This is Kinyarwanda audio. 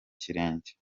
kirenge